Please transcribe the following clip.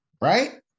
right